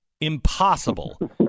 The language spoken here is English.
Impossible